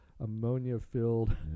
ammonia-filled